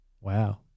Wow